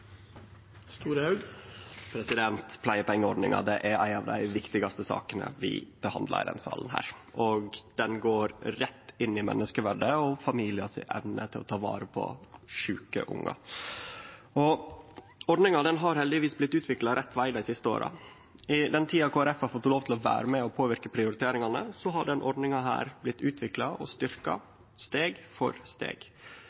Pleiepengeordninga er ei av dei viktigaste sakene vi behandlar i denne salen. Ho går rett inn i menneskeverdet og den evna familiar har til å ta vare på sjuke ungar. Ordninga har heldigvis utvikla seg rett veg dei siste åra. Den tida Kristeleg Folkeparti har fått lov til å vere med på å påverke prioriteringane, har denne ordninga blitt utvikla og